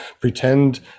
pretend